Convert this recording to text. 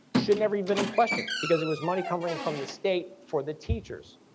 should never have been in question, because it was money coming from the state for the teachers.